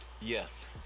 Yes